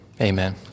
amen